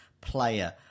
player